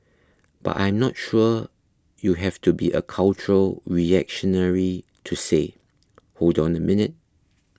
but I am not sure you have to be a cultural reactionary to say hold on a minute